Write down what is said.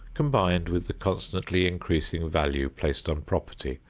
combined with the constantly increasing value placed on property,